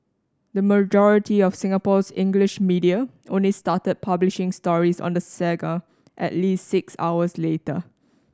the majority of Singapore's English media only started publishing stories on the saga at least six hours later